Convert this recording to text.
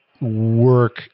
work